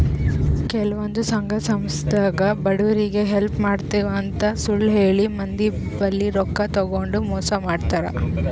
ಕೆಲವಂದ್ ಸಂಘ ಸಂಸ್ಥಾದಾಗ್ ಬಡವ್ರಿಗ್ ಹೆಲ್ಪ್ ಮಾಡ್ತಿವ್ ಅಂತ್ ಸುಳ್ಳ್ ಹೇಳಿ ಮಂದಿ ಬಲ್ಲಿ ರೊಕ್ಕಾ ತಗೊಂಡ್ ಮೋಸ್ ಮಾಡ್ತರ್